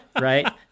Right